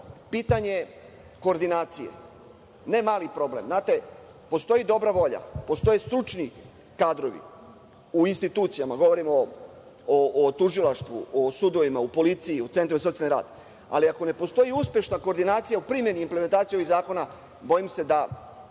pitanje koordinacije, ne mali problem. Znate, postoji dobra volja, postoje stručni kadrovi u institucijama, govorim o tužilaštvu, o sudovima, u policiji, u centru za socijalni rad, ali ako ne postoji uspešna koordinacija u primeni i implementaciji ovih zakona, bojim se da